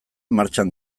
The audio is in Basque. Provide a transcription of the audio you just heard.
martxan